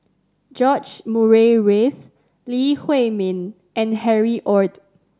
George Murray Reith Lee Huei Min and Harry Ord